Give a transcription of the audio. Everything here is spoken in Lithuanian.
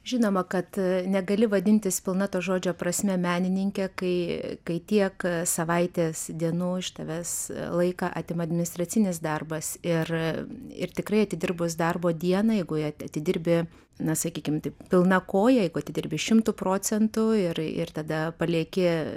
žinoma kad negali vadintis pilna to žodžio prasme menininke kai kai tiek savaitės dienų iš tavęs laiką atima administracinis darbas ir ir tikrai atidirbus darbo dieną jeigu ją atidirbi na sakykim taip pilna koja jeigu atidirbi šimtu procentų ir ir tada palieki